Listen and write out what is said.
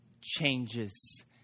Changes